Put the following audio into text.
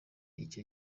icyo